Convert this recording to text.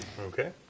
Okay